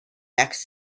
next